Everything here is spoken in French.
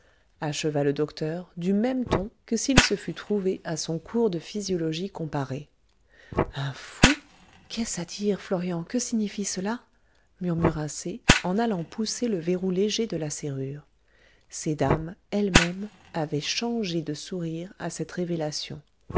acheva le docteur du même ton que s'il se fût trouvé à son cours de physiologie comparée un fou qu'est-ce à dire florian que signifie cela murmura c en allant pousser le verrou léger de la serrure ces dames elles-mêmes avaient changé de sourire à cette révélation